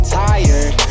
tired